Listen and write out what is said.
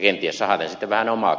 kenties sahaten sitten vähän omaakin oksaa